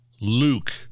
Luke